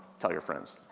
tell your friends.